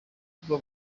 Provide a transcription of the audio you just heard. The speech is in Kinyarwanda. ubwo